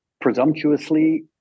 presumptuously